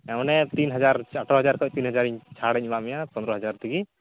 ᱦᱮᱸ ᱚᱱᱮ ᱛᱤᱱ ᱦᱟᱡᱟᱨ ᱟᱴᱷᱟᱨᱚ ᱦᱟᱡᱟᱨ ᱠᱷᱚᱱ ᱛᱤᱱ ᱦᱟᱡᱟᱨ ᱪᱷᱟᱹᱲᱤᱧ ᱮᱢᱟᱫ ᱢᱮᱭᱟ ᱯᱚᱫᱨᱚ ᱦᱟᱡᱟᱨ ᱛᱮᱜᱮ